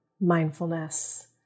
mindfulness